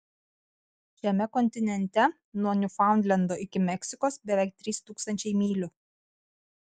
šiame kontinente nuo niūfaundlendo iki meksikos beveik trys tūkstančiai mylių